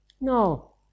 No